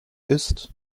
ist